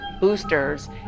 boosters